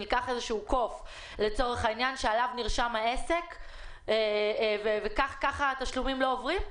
העסק נרשם וכך התשלומים לא עוברים?